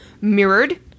Mirrored